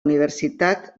universitat